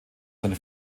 sein